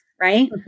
right